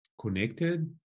connected